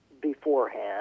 beforehand